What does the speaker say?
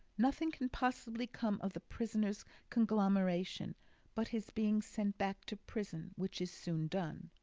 nothing can possibly come of the prisoner's conglomeration but his being sent back to prison, which is soon done.